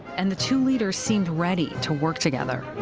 and the two leaders seemed ready to work together.